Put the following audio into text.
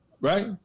Right